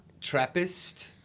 Trappist